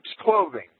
clothing